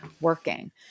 working